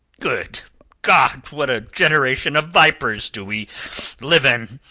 good god! what a generation of vipers do we live in!